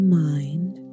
mind